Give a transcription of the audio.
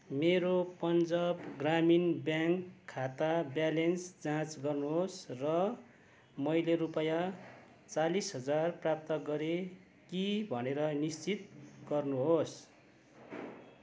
मेरो पन्जाब ग्रामीण ब्याङ्क खाता ब्यालेन्स जाँच गर्नु होस् र मैले रुपियाँ चालिस हजार प्राप्त गरेँ कि भनेर निश्चित गर्नु होस्